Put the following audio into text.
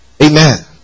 Amen